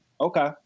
Okay